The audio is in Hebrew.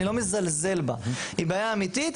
אני לא מזלזל בה, היא בעיה אמיתית.